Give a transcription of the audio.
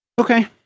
Okay